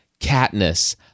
Katniss